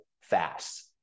fast